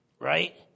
right